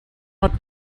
not